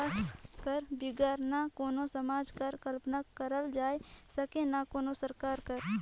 अर्थसास्त्र कर बिगर ना कोनो समाज कर कल्पना करल जाए सके ना कोनो सरकार कर